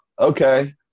okay